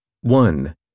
One